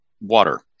water